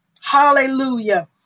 Hallelujah